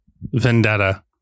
Vendetta